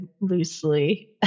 loosely